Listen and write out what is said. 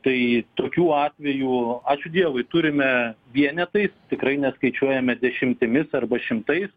tai tokių atvejų ačiū dievui turime vienetais tikrai neskaičiuojame dešimtimis arba šimtais